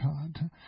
God